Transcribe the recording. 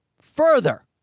further